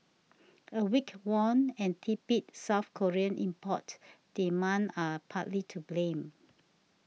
a weak won and tepid South Korean import demand are partly to blame